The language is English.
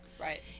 Right